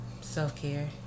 Self-care